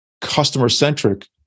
customer-centric